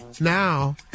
Now